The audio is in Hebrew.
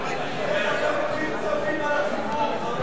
איך עובדים על הציבור, חבר